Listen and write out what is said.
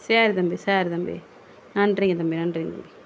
சரி தம்பி சரி தம்பி நன்றிங்க தம்பி நன்றிங்க தம்பி